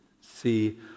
See